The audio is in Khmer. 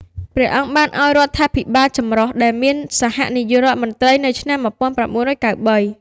ព្រះអង្គបានឱ្យមានរដ្ឋាភិបាលចម្រុះ ដែលមានសហនាយករដ្ឋមន្រ្តីនៅឆ្នាំ១៩៩៣។